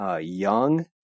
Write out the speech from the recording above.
young